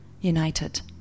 united